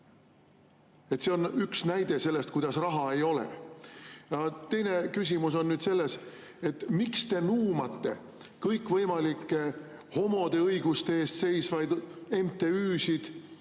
See on üks näide selle kohta, kuidas raha ei ole. Aga teine küsimus on selles, miks te nuumate kõikvõimalikke homode õiguste eest seisvaid MTÜ‑sid